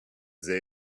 they